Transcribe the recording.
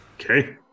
Okay